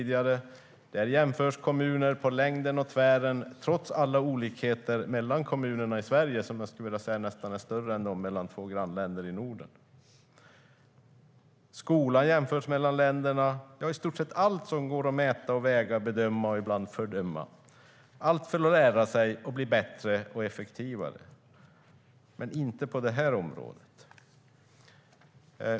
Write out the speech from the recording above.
Där jämförs kommuner på längden och tvären, trots alla olikheter mellan kommunerna i Sverige som jag skulle vilja säga är nästan större än de mellan två grannländer i Norden. Skolor jämförs mellan länderna - ja, i stort sett allt som går att mäta, väga, bedöma och ibland fördöma - allt för att lära sig, bli bättre och effektivare, men inte på det här området.